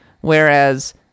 whereas